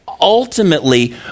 Ultimately